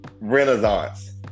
Renaissance